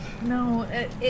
No